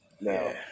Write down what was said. Now